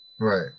Right